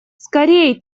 скорей